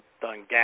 done